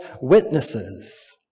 witnesses